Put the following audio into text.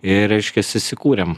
ir reiškias įsikūrėm